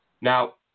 Now